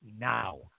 now